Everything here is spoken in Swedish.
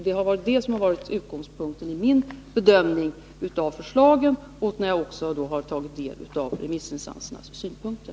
Det är det som har varit utgångspunkten vid min bedömning av förslagen och när jag har tagit del av remissinstansernas synpunkter.